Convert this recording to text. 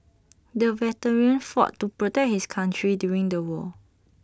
the veteran fought to protect his country during the war